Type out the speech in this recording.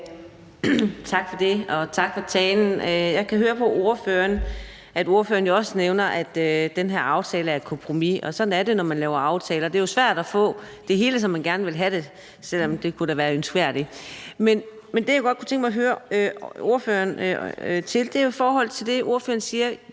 Tak for det, og tak for talen. Jeg kan høre på ordføreren, at ordføreren også nævner, at den her aftale er et kompromis. Sådan er det, når man laver aftaler. Det er jo svært at få det hele, som man gerne vil have det, selv om det da kunne være ønskværdigt. Det, jeg godt kunne tænke mig at høre ordføreren om, er det, ordføreren siger